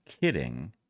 kidding –